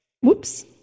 Whoops